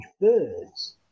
birds